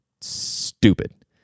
stupid